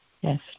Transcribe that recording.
Yes